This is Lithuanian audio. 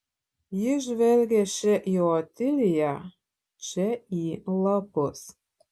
jis žvelgė čia į otiliją čia į lapus